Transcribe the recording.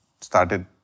started